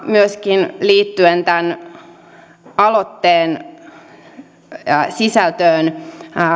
myöskin liittyen tämän aloitteen sisältöön